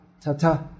tata